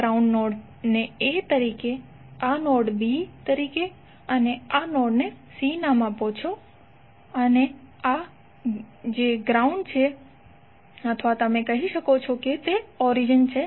હવે જો તમે આ નોડ ને a તરીકે આ નોડ b તરીકે આ નોડ c તરીકે નામ આપો છો અને આ o છે જે ગ્રાઉન્ડ છે અથવા તમે કહી શકો છો કે તે ઓરીજીન હોઈ શકે છે